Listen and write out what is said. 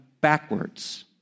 backwards